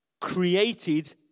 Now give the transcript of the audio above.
created